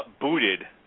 booted